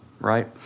right